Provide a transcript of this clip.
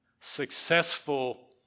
successful